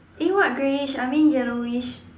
eh what greyish I mean yellowish